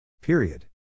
Period